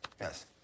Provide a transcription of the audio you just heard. yes